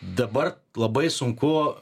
dabar labai sunku